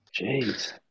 Jeez